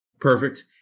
Perfect